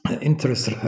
interest